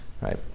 Right